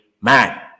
man